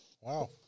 Wow